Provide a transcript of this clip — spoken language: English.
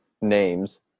names